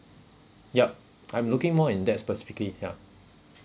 yup I'm looking more in that specifically ya